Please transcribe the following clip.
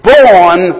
born